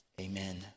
amen